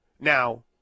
Now